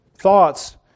Thoughts